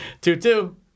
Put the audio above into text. Two-two